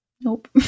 nope